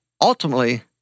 ultimately